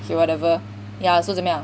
okay whatever so 怎么样